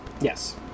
Yes